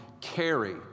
carry